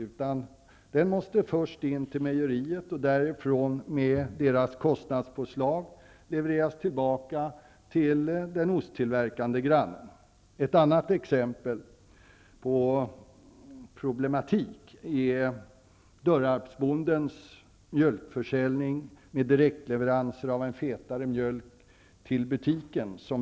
Mjölken måste först till mejeriet och därifrån med kostnadspåslag levereras tillbaka till den osttillverkande grannen. Ett annat exempel på problem är Dörrödsbondens mjölkförsäljning med direktleveranser av fetare mjölk till butiken.